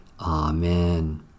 Amen